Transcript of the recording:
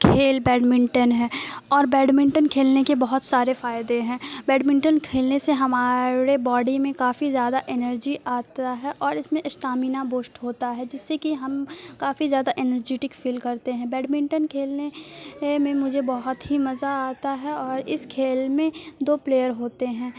کھیل بیڈمنٹن ہے اور بیڈمنٹن کھیلنے کے بہت سارے فائدے ہیں بیڈمنٹن کھیلنے سے ہمارے باڈی میں کافی زیادہ انرجی آتا ہے اور اس میں اسٹامینا بوسٹ ہوتا ہے جس سے کہ ہم کافی زیادہ انرجیٹک فیل کرتے ہیں بیڈمنٹن کھیلنے میں مجھے بہت ہی مزہ آتا ہے اور اس کھیل میں دو پلیئر ہوتے ہیں